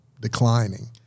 declining